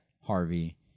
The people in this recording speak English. Harvey